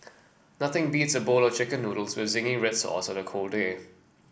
nothing beats a bowl of chicken noodles with zingy red sauce on a cold day